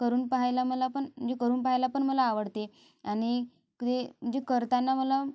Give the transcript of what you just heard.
करून पाहायला मला पण म्हणजे करून पाहायला पण मला आवडते आणि ते म्हणजे करताना मला